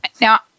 now